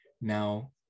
now